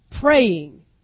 Praying